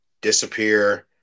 disappear